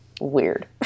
Weird